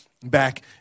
back